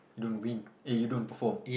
don't win eh you don't perform